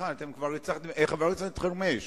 חבר הכנסת חרמש,